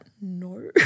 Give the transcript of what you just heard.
no